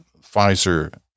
Pfizer